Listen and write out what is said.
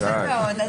יפה מאוד.